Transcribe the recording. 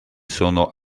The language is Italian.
sono